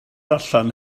allan